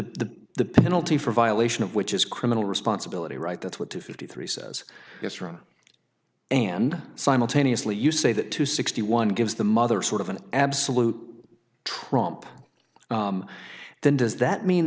penalty for violation of which is criminal responsibility right that's what two fifty three says it's wrong and simultaneously you say that two sixty one gives the mother sort of an absolute trump then does that mean